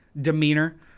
demeanor